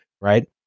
Right